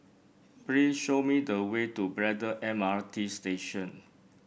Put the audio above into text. please show me the way to Braddell M R T Station